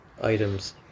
items